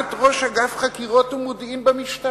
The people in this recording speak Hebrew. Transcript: בהסכמת ראש אגף חקירות ומודיעין במשטרה.